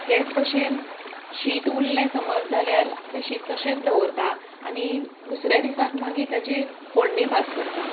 तेंच भशेन शीत उरलें समज जाल्यार तें शीत तशेंच दवरता आनी दुसऱ्या दिसाक मागीर ताची फोडणी भात करता